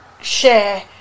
share